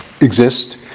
exist